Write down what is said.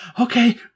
Okay